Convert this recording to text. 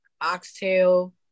oxtail